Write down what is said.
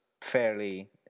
fairly